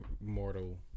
mortal